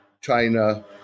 China